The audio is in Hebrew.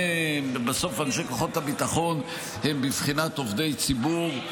בסוף אנשי כוחות הביטחון הם בבחינת עובדי ציבור,